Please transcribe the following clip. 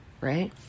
right